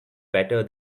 better